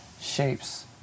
shapes